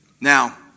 Now